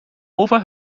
over